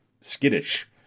skittish